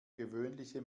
gewöhnliche